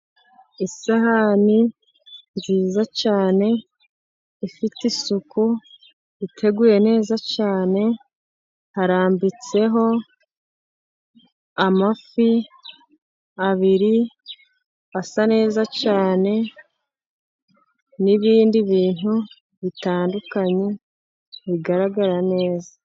Isahani nziza cyane ifite isuku iteguye neza cyane . Harambitseho amafi abiri ,asa neza cyane nibindi bintu bitandukanye bigaragara neza.